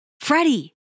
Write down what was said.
Freddie